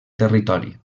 territori